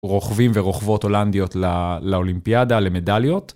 רוכבים ורוכבות הולנדיות לאולימפיאדה, למדליות.